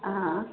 अहाँ